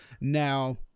Now